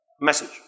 Message